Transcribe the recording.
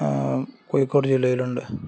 കോഴിക്കോട് ജില്ലയിലുണ്ട്